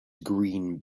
green